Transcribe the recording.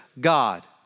God